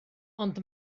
ond